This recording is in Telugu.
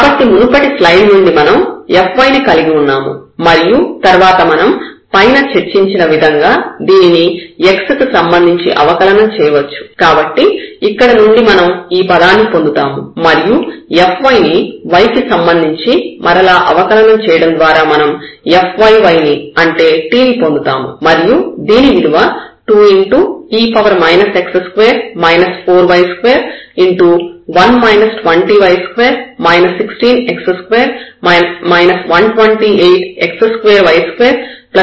కాబట్టి మునుపటి స్లైడ్ నుండి మనం fy ని కలిగి ఉన్నాము మరియు తర్వాత మనం పైన చర్చించిన విధంగా దీనిని x కి సంబంధించి అవకలనం చేయవచ్చు కాబట్టి ఇక్కడ మనం ఈ పదాన్ని పొందుతాము మరియు fy ని y కి సంబంధించి మరలా అవకలనం చేయడం ద్వారా మనం fyy ని అంటే t ని పొందుతాము మరియు దీని విలువ 2e x2 4y21 20y2 16x2 128x2y232y4 అవుతుంది